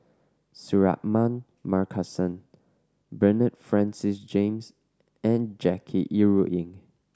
Suratman Markasan Bernard Francis James and Jackie Yi Ru Ying